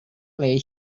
play